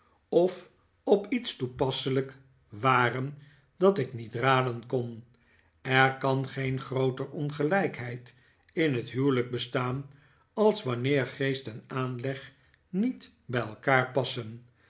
of op iets toepasselijk waren dat ik niet raden kon er kan geen grooter ongelijkheid in het huwelijk bestaan als wanneer geest en aanleg niet bij elkaar passen